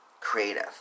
Creative